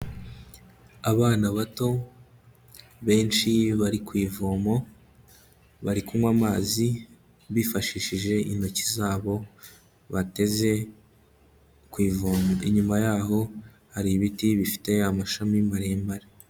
Abana bato benshi bari ku ivomo, bari kunywa amazi bifashishije intoki zabo, bateze ku ivomo, inyuma yaho hari ibiti bifite amashami maremare.